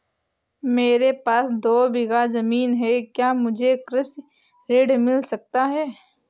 मेरे पास दो बीघा ज़मीन है क्या मुझे कृषि ऋण मिल सकता है?